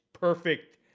Perfect